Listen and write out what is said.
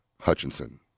Hutchinson